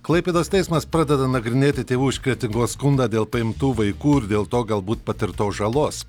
klaipėdos teismas pradeda nagrinėti tėvų iš kretingos skundą dėl paimtų vaikų ir dėl to galbūt patirtos žalos